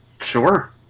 Sure